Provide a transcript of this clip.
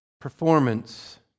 performance